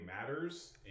matters